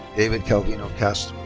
david calvino castro.